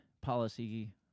policy